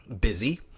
busy